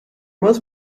must